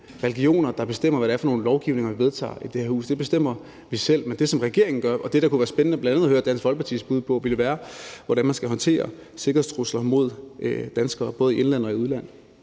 religioner, der bestemmer, hvad det er for nogle lovgivninger, vi vedtager i det her hus. Det bestemmer vi selv. Men det, der kunne være spændende bl.a. at høre Dansk Folkepartis bud på, ville være, hvordan man skal håndtere sikkerhedstrusler mod danskere, både i indland og i udland.